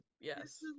yes